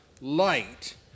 light